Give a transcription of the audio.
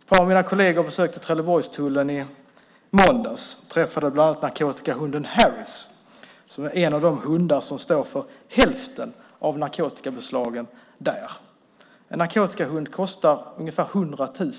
Ett par av mina kolleger besökte Trelleborgstullen i måndags och träffade bland annat narkotikahunden Harris som är en av de hundar som står för hälften av narkotikabeslagen där. En narkotikahund kostar ungefär 100 000